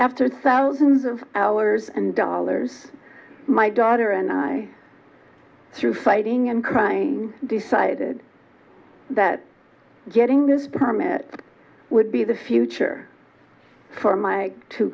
of hours and dollars my daughter and i through fighting and crying i decided that getting this permit would be the future for my two